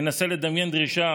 ננסה לדמיין דרישה